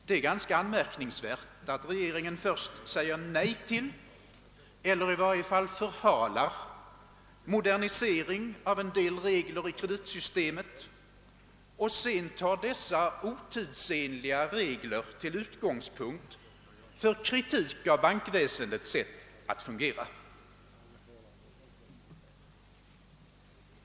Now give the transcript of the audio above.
Det är ganska anmärkningsvärt att regeringen först säger nej till eller i varje fall förhalar modernisering av en del regler i kreditsystemet och sedan tar dessa otidsenliga regler till utgångspunkt för kritik av bankväsendets sätt att fungera.